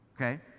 okay